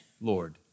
Lord